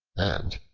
and,